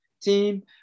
team